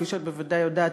כפי שאת בוודאי יודעת,